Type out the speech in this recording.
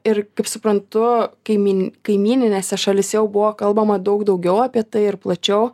ir kaip suprantu kaimini kaimyninėse šalyse jau buvo kalbama daug daugiau apie tai ir plačiau